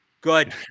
Good